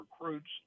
recruits